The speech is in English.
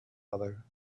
other